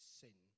sin